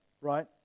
right